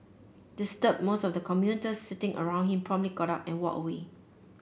disturbed most of the commuters sitting around him promptly got up and walked away